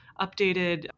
updated